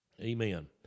Amen